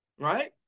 right